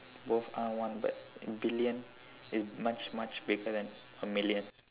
both are one but in billion is much much bigger than a million